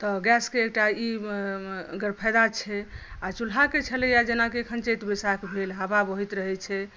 तऽ गैसके एकटा ई गरफायदा छै आ चुल्हाके छलैए जेनाकि अखन चैत वैशाख भेल हवा बहैत रहैत छै